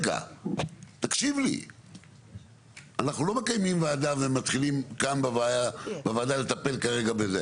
אנחנו לא מקיימים ועדה ומתחילים כאן בוועדה לטפל בזה.